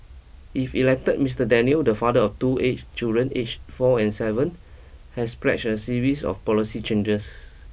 if elected Mister Daniels the father of two age children aged four and seven has pledged a series of policy changes